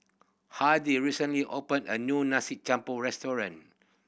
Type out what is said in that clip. Hardie recently opened a new nasi restaurant